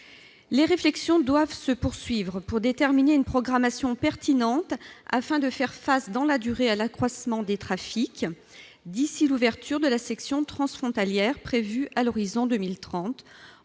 Les réflexions doivent se poursuivre. Il s'agit de déterminer une programmation pertinente, afin de faire face dans la durée à l'accroissement des trafics, d'ici à l'ouverture de la section transfrontalière, prévue à l'horizon 2030,